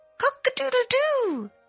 Cock-a-doodle-doo